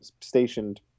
stationed